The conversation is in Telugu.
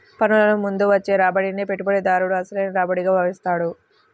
పన్నులకు ముందు వచ్చే రాబడినే పెట్టుబడిదారుడు అసలైన రాబడిగా భావిస్తాడు